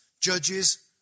judges